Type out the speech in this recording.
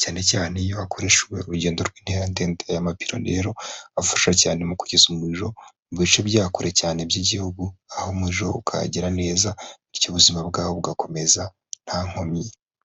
cyane cyane iyo hakoreshejwe urugendo rw'intera ndende, aya mapironi afasha cyane mu kugeza umuriro mu bice bya kure cyane by'igihugu, aho umuriro ukahagera neza bityo ubuzima bwabo bugakomeza nta nkomyi.